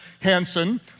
Hansen